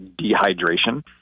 dehydration